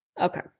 Okay